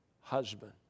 husband